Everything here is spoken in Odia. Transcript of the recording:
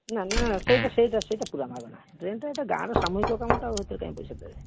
ନା ନା ସେଇଟା ସେଇଟା ସେଇଟା ପୁରା ନାଳଟା ଡ୍ରେନଟା ଏଇଟା ଗାଁର ସାମୁହିକ କାମଟା ସେଥିରେ କାଇଁ ପଇସା ଦେବେ